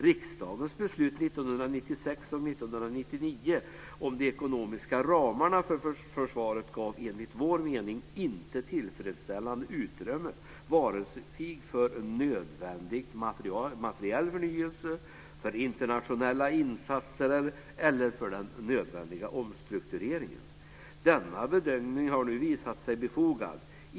Riksdagens beslut 1996 och 1999 om de ekonomiska ramarna för försvaret gav enligt vår mening inte tillfredsställande utrymme vare sig för nödvändig materiell förnyelse, för internationella insatser eller för den nödvändiga omstruktureringen. Denna bedömning har nu visat sig befogad.